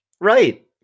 Right